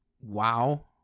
Wow